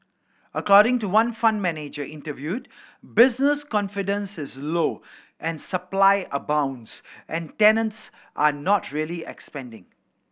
according to one fund manager interviewed business confidence is low and supply abounds and tenants are not really expanding